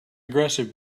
aggressive